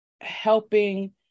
helping